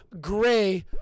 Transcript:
Gray